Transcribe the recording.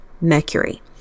Mercury